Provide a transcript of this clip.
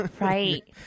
Right